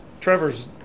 Trevor's